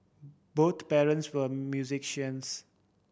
both parents were musicians